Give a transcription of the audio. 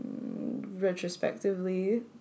retrospectively